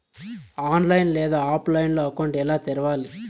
online లేదా ఆఫ్లైన్లో account ఎలా తెరవాలి